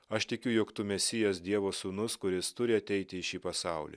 aš tikiu jog mesijas dievo sūnus kuris turi ateiti į šį pasaulį